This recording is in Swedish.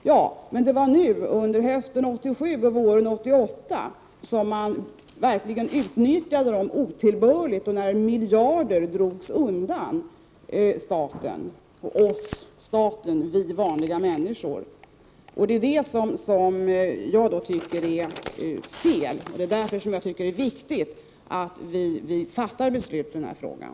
Ja, men det är nu under hösten 1987 och våren 1988 som de har 61 utnyttjats på ett otillbörligt sätt och miljarder har dragits undan staten — och oss vanliga människor. Det tycker jag är fel, och det är därför viktigt att vi fattar beslut i frågan.